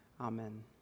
Amen